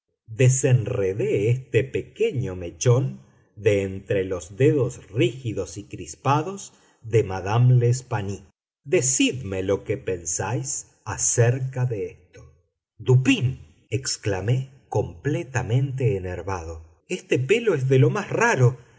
desenredé este pequeño mechón de entre los dedos rígidos y crispados de madame l'espanaye decidme lo que pensáis acerca de esto dupín exclamé completamente enervado este pelo es de lo más raro